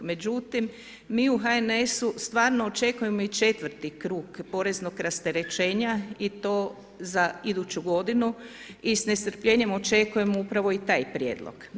Međutim, mi u HNS-u stvarno očekujemo i 4 krug poreznog rasterećenja i to za iduću g. i sa nestrpljenjem očekujem upravo i taj prijedlog.